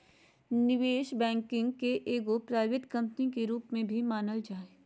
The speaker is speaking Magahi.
निवेश बैंकिंग के एगो प्राइवेट कम्पनी के रूप में भी मानल जा हय